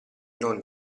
non